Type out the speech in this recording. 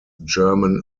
german